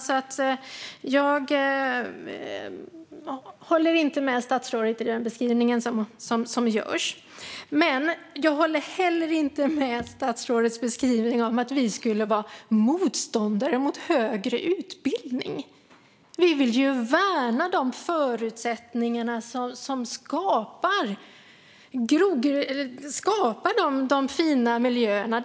Jag håller alltså inte med om statsrådets beskrivning. Jag håller inte heller med om statsrådets beskrivning när det gäller att vi skulle vara motståndare till högre utbildning. Vi vill ju värna de förutsättningar som skapar de fina miljöerna.